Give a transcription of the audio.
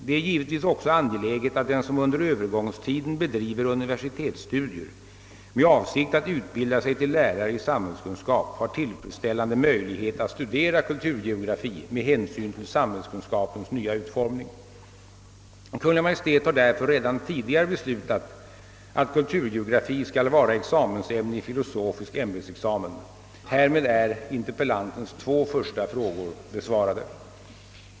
Det är givetvis också angeläget att den som under Öövergångstiden bedriver universitetsstudier med avsikt att utbilda sig till lärare i samhällskunskap har tillfredsställande möjlighet att studera kulturgeografi med hänsyn till samhällskunskapens nya utformning. Kungl. Maj:t har därför redan tidigare beslutat att kulturgeografi skall vara examensämne i filosofisk ämbetsexamen. Härmed är interpellantens två första frågor besvarade.